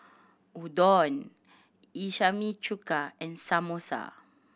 Udon chuka and Samosa